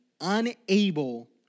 unable